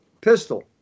pistol